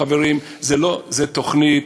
חברים, זו תוכנית